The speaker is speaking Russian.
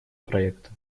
проекта